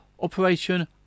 Operation